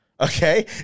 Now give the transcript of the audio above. Okay